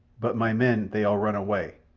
but my men they all run away.